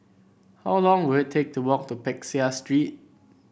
how long will it take to walk to Peck Seah Street